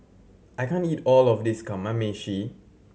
I can't eat all of this Kamameshi